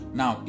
now